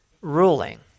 ruling